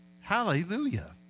Hallelujah